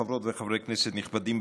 חברות וחברי כנסת נכבדים,